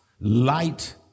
Light